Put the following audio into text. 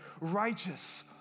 righteous